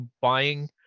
buying